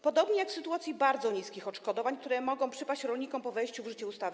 Podobnie jak w sytuacji bardzo niskich odszkodowań, które mogą przypaść rolnikom po wejściu w życie ustawy.